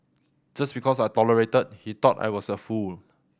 just because I tolerated he thought I was a fool